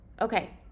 Okay